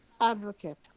advocate